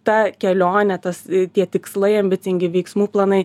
ta kelionė tas tie tikslai ambicingi veiksmų planai